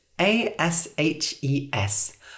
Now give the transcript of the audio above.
A-S-H-E-S